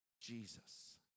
Jesus